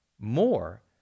more